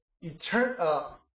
eternal